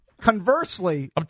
conversely